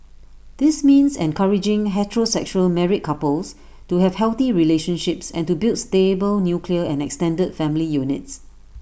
this means encouraging heterosexual married couples to have healthy relationships and to build stable nuclear and extended family units